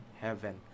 heaven